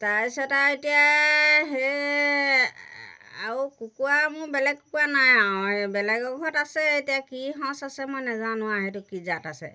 তাৰপিছত আৰু এতিয়া সেই আৰু কুকুৰা মোৰ বেলেগ কুকুৰা নাই আৰু এই বেলেগ ঘৰত আছে এতিয়া কি সঁচ আছে মই নাজানো আৰু সেইটো কি জাত আছে